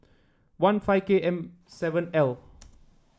one five K M seven L